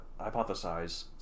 hypothesize